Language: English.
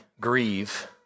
grieve